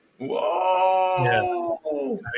Whoa